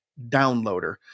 downloader